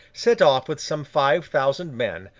set off with some five thousand men,